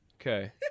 Okay